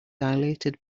dilated